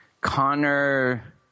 Connor